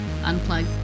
unplug